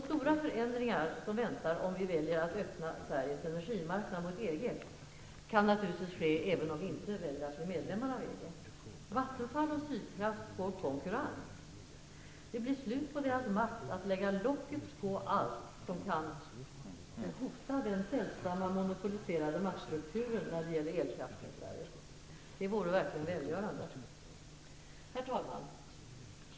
Stora förändringar väntar om vi väljer att öppna Sveriges energimarknad mot EG. Det kan naturligtvis ske även om vi väljer att inte bli medlemmar i EG. Vattenfall och Sydkraft får konkurrens. Det blir slut på deras makt att lägga locket på allt som kan hota den sällsamma, monopoliserade maktstrukturen när det gäller elkraften i Sverige. Det vore verkligen välgörande.